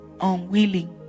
unwilling